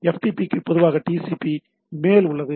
FTP பொதுவாக TCP க்கு மேல் உள்ளது